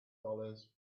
dollars